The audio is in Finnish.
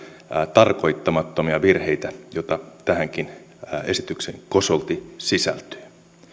tarkoittamattomia virheitä joita tähänkin esitykseen kosolti sisältyy